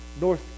North